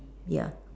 ya